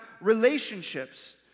relationships